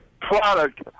product